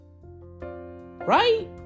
Right